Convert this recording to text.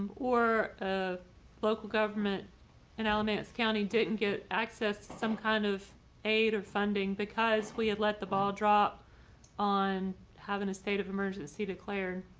or local government in alamance county didn't get access some kind of aid or funding because we had let the ball drop on having a state of emergency declared.